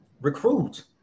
recruit